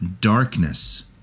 darkness